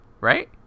right